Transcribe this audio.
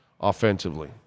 offensively